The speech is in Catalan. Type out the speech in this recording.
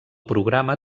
programa